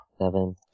Seven